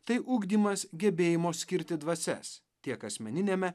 tai ugdymas gebėjimo skirti dvasias tiek asmeniniame